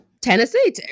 Tennessee